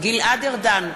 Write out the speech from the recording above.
גלעד ארדן,